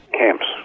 camps